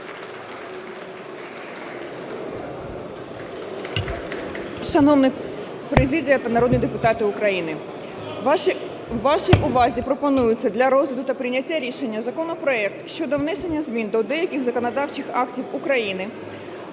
Шановна президія та народні депутати України! Вашій увазі пропонується для розгляду та прийняття рішення законопроект щодо внесення змін до деяких законодавчих актів України